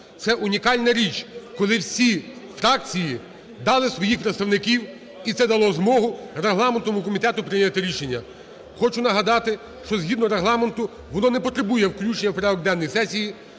Це унікальна річ, коли всі фракції дали своїх представників і це дало змогу регламентному комітету прийняти рішення. Хочу нагадати, що згідно Регламенту, воно не потребує включення в порядок денний сесії.